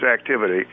activity